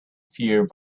fear